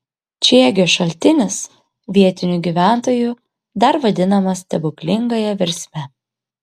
čiegio šaltinis vietinių gyventojų dar vadinamas stebuklingąja versme